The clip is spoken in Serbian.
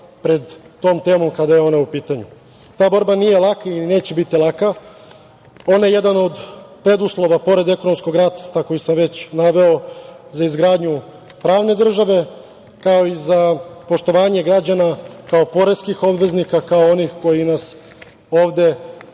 pred tom temom kada je ona u pitanju. Ta borba nije laka i neće biti laka. Ona je jedan od preduslova, pored ekonomskog, za izgradnju pravne države, kao i za poštovanje građana kao poreskih obveznika, kao onih koji nas ovde